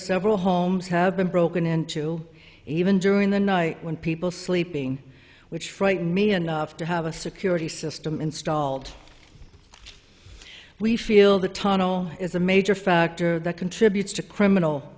several homes have been broken into even during the night when people sleeping which frighten me enough to have a security system installed we feel the tunnel is a major factor that contributes to criminal